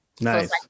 nice